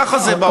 ככה זה בעולם.